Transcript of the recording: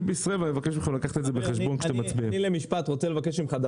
בישראל ואני מבקש מכם לקחת את זה בחשבון כאשר אתם מצביעים.